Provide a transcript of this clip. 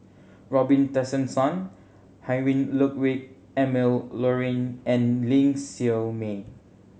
Robin Tessensohn Heinrich Ludwig Emil Luering and Ling Siew May